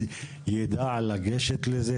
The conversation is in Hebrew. הוא ידע לגשת לזה?